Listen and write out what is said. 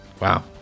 Wow